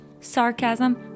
sarcasm